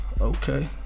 okay